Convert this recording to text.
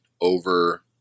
over